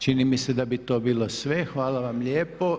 Čini mi se da bi to bilo sve, Hvala vam lijepo.